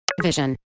vision